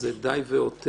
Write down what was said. זה די והותר